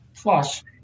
Plus